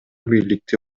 бийликти